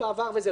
וזה לא כפרי,